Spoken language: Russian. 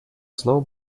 слово